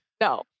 No